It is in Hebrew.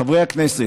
חברי הכנסת,